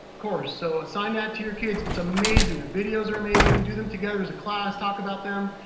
course. so assign that to your kids, it's amazing. the videos are amazing, do them together as a class, talk about them,